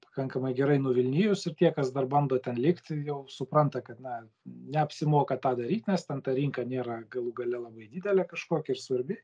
pakankamai gerai nuvilnijus ir tie kas dar bando ten likti jau supranta kad na neapsimoka tą daryt nes ten ta rinka nėra galų gale labai didelė kažkokia ir svarbi